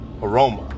aroma